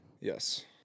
Yes